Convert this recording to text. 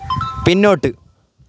പിന്നോട്ട്